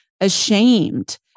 ashamed